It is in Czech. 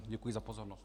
Děkuji za pozornost.